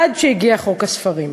עד שהגיע חוק הספרים.